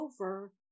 over